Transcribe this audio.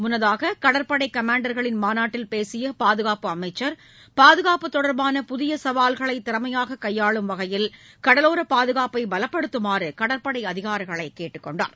முன்னதாக கடற்படை கமாண்டர்களின் மாநாட்டில் பேசிய பாதுகாப்பு அமைச்சர் பாதுகாப்பு தொடர்பான புதிய சவால்களை திறமையாக கையாளும் வகையில் கடலோர பாதகாப்பை பலப்படுத்தமாற கடற்படை அதிகாரிகளை கேட்டுக்கொண்டார்